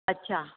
अच्छा